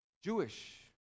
Jewish